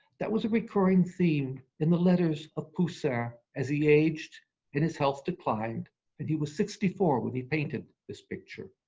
that was a recurring theme in the letters of poussin as he aged and his health declined and he was sixty four when he painted this picture.